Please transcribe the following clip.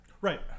right